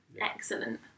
Excellent